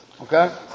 okay